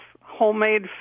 homemade